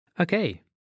Okay